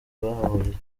bahahuriye